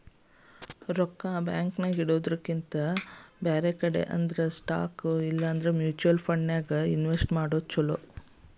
ರೊಕ್ಕಾ ಬ್ಯಾಂಕ್ ನ್ಯಾಗಿಡೊದ್ರಕಿಂತಾ ಬ್ಯಾರೆ ಕಡೆ ಅಂದ್ರ ಸ್ಟಾಕ್ ಇಲಾ ಮ್ಯುಚುವಲ್ ಫಂಡನ್ಯಾಗ್ ಇನ್ವೆಸ್ಟ್ ಮಾಡೊದ್ ಛಲೊ